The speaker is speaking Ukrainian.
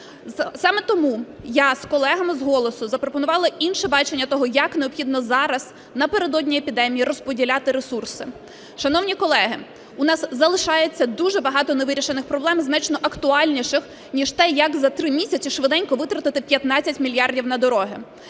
Саме тому я з колегами з "Голосу" запропонувала інше бачення того, як необхідно зараз, напередодні епідемії, розподіляти ресурси. Шановні колеги, у нас залишається дуже багато невирішених проблем значно актуальніших, ніж те, як за три місяці швиденько витратити 15 мільярдів на дороги,